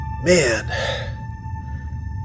Man